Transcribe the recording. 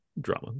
drama